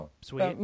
Sweet